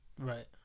Right